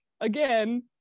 again